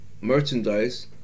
merchandise